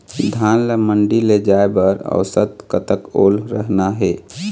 धान ला मंडी ले जाय बर औसत कतक ओल रहना हे?